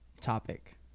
topic